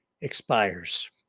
expires